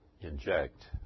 inject